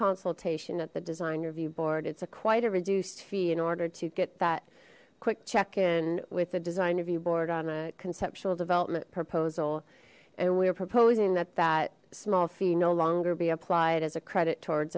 consultation at the design review board it's a quite a reduced fee in order to get that quick check in with a design of your board on a conceptual development proposal and we are proposing that that small fee no longer be applied as a credit towards